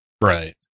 Right